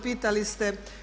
Pitali ste.